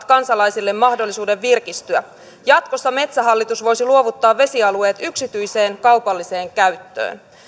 kansalaisille mahdollisuuden virkistyä jatkossa metsähallitus voisi luovuttaa vesialueet yksityiseen kaupalliseen käyttöön